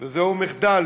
וזהו מחדל